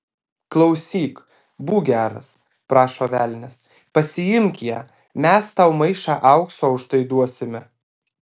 klausyk būk geras prašo velnias pasiimk ją mes tau maišą aukso už tai duosime